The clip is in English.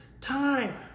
time